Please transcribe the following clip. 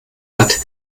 hat